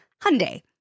Hyundai